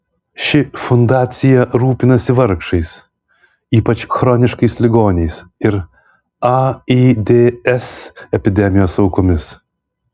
ši fundacija rūpinasi vargšais ypač chroniškais ligoniais ir aids epidemijos aukomis